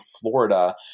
Florida